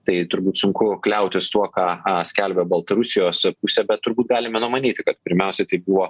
tai turbūt sunku kliautis tuo ką skelbia baltarusijos pusė bet turbūt galime numanyti kad pirmiausiai tai buvo